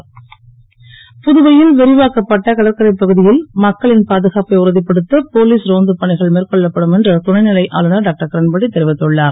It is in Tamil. கிரண்பேடி புதுவை ல் விரிவாக்கப்பட்ட கடற்கரைப் பகு ல் மக்களின் பாதுகாப்பை உறு ப்படுத்த போலீஸ் ரோந்துப் பணிகள் மேற்கொள்ளப்படும் என்று துணை லை ஆளுநர் டாக்டர் கிரண்பேடி தெரிவித்துள்ளார்